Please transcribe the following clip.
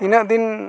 ᱛᱤᱱᱟᱹᱜ ᱫᱤᱱ